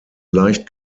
leicht